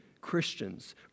Christians